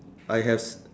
I have